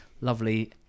lovely